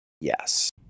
yes